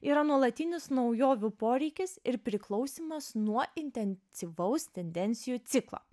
yra nuolatinis naujovių poreikis ir priklausymas nuo intensyvaus tendencijų ciklo